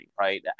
right